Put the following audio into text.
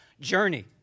journey